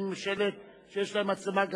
אזהרה.